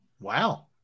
Wow